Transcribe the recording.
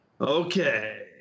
Okay